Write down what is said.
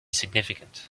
significant